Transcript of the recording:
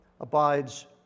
abides